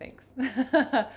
thanks